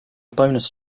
bonus